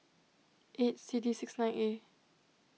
eight C D six nine A